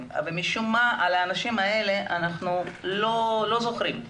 אבל משום מה את האנשים האלה אנחנו לא זוכרים.